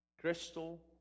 crystal